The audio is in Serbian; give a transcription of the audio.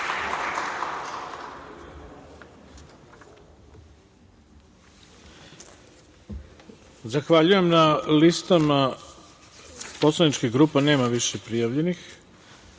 Zahvaljujem. Na listama poslaničkih grupa nema više prijavljenih. Pre